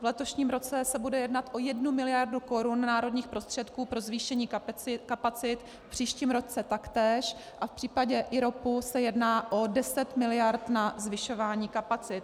V letošním roce se bude jednat o jednu miliardu korun národních prostředků pro zvýšení kapacit, v příštím roce taktéž a v případě IROPu se jedná o 10 miliard na zvyšování kapacit.